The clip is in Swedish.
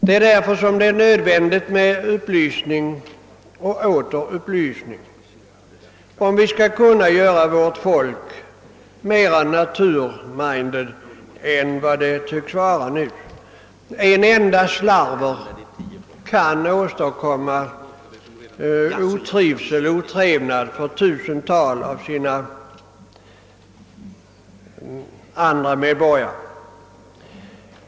Det är därför nödvändigt med upplysning och åter upplysning, om vi skall kunna göra vårt folk mera naturminded än det tycks vara. En enda slarver kan åstadkomma otrivsel och otrevnad för tusentals andra medborgare.